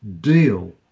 deal